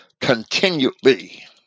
continually